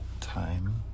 time